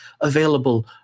available